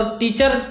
teacher